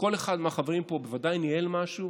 וכל אחד מהחברים פה בוודאי ניהל משהו,